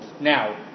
Now